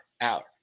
Out